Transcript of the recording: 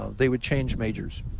they would change majors.